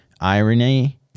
irony